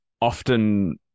often